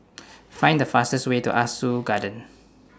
Find The fastest Way to Ah Soo Garden